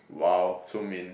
!wow! so mean